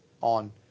on